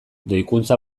doikuntza